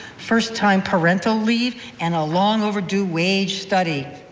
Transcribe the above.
first-time parental leave and a long overdue wage study.